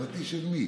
חברתי של מי?